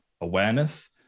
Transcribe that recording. awareness